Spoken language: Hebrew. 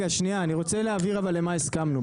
שניה, אני רוצה להבהיר מה הסכמנו.